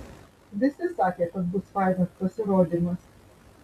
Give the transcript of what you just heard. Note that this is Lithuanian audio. visi sakė kad bus fainas pasirodymas